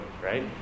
right